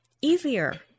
easier